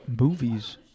movies